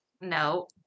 No